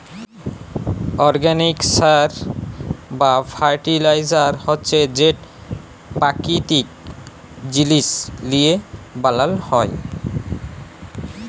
organic সার বা fertiliser হছে যেট পাকিতিক জিলিস লিঁয়ে বালাল হ্যয়